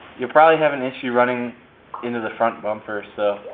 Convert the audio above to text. you'll probably have an issue running into the front bumper, so